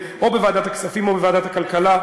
או בוועדת הכספים או בוועדת הכלכלה,